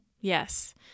Yes